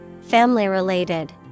Family-related